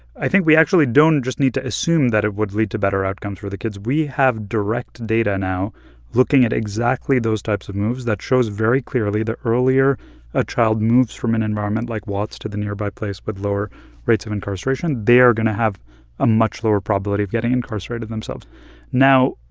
i think we actually don't just need to assume that it would lead to better outcomes for the kids. we have direct data now looking at exactly those types of moves that shows very clearly the earlier a child moves from an environment like watts to the nearby place with lower rates of incarceration, they're going to have a much lower probability of getting incarcerated themselves now,